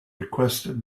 requested